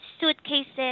suitcases